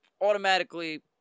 automatically